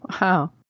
Wow